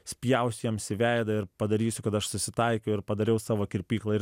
spjausiu jiems į veidą ir padarysiu kad aš susitaikiau ir padariau savo kirpyklą ir